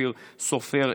אופיר סופר,